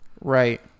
right